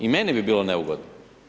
I meni bi bilo neugodno.